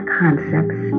concepts